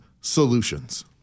solutions